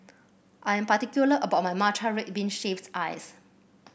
I am particular about my Matcha Red Bean Shaved Ice